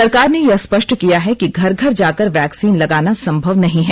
सरकार ने यह स्पष्ट किया है कि घर घर जाकर वैक्सीन लगाना संभव नहीं है